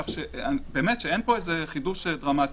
כך שאין פה חידוש דרמטי.